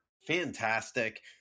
fantastic